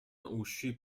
uscì